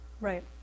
Right